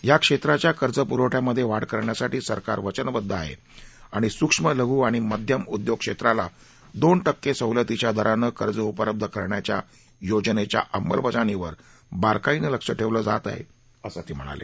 या क्षेत्राच्या कर्जपुरवठ्यामध्ये वाढ करण्यासाठी सरकार वचनबद्ध आहे आणि सूक्ष्म लघु आणि मध्यम उद्योग क्षेत्राला दोन टक्के सवलतीच्या दरानं कर्ज उपलब्ध करण्याच्या योजनेच्या अंमलबजावणीवर बारकाईनं लक्ष ठेवलं जात आहे असं ते म्हणाले